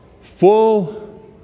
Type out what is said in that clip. Full